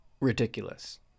ridiculous